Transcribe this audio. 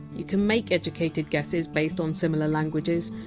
you can make educated guesses based on similar languages.